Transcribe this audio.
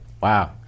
Wow